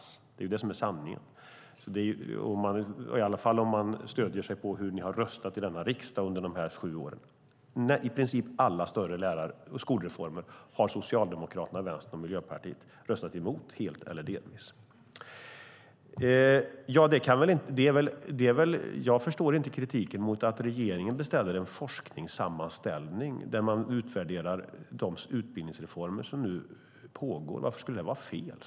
Det är det som är sanningen, i alla fall om man stöder sig på hur ni har röstat i denna riksdag under de här sju åren. I princip alla större lärar och skolreformer har Socialdemokraterna, Vänstern och Miljöpartiet röstat emot helt eller delvis. Jag förstår inte kritiken mot att regeringen beställer en forskningssammanställning där man utvärderar de utbildningsreformer som nu pågår. Varför skulle det vara fel?